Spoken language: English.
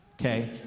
okay